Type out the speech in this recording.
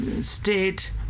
state